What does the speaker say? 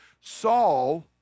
Saul